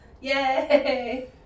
Yay